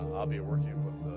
i'll be working with